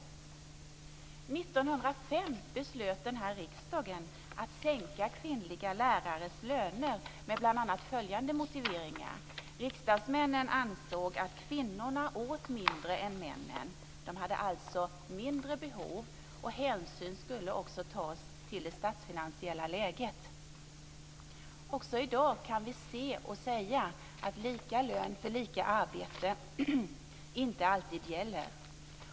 År 1905 beslutade denna riksdag att sänka kvinnliga lärares löner med bl.a. följande motiveringar: Riksdagsmännen ansåg att kvinnorna åt mindre än männen och alltså hade mindre behov. Hänsyn skulle också tas till det statsfinansiella läget. Också i dag kan vi se och säga att lika lön för lika arbete inte alltid gäller.